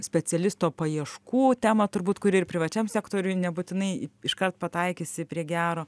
specialisto paieškų temą turbūt kuri ir privačiam sektoriuj nebūtinai iškart pataikysi prie gero